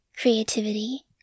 creativity